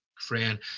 Fran